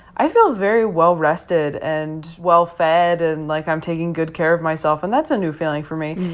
i feel very well-rested and well-fed. and like i'm taking good care of myself. and that's a new feeling for me.